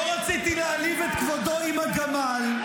לא רציתי להעליב את כבודו עם הגמל,